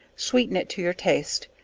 sweeten it to your taste,